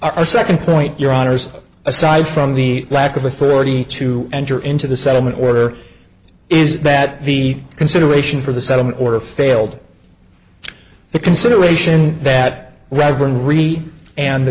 our second point your honour's aside from the lack of authority to enter into the settlement order is that the consideration for the settlement or a failed the consideration that